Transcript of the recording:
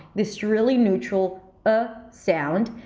this really neutral ah sound.